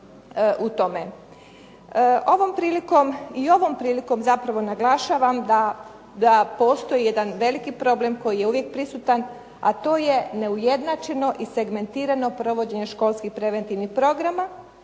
ovom prilikom zapravo naglašavam da postoji jedan veliki problem koji je uvijek prisutan a to je neujednačeno i segmentirano provođenje školskih preventivnih programa